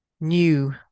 new